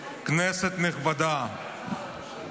כנסת נכבדה,